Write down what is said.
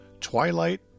Twilight